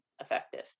effective